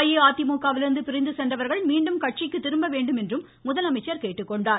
அஇஅதிமுக விலிருந்து பிரிந்து சென்றவர்கள் மீண்டும் கட்சிக்கு திரும்ப வேண்டும் என்றும் முதலமைச்சர் கேட்டுக்கொண்டார்